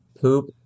Poop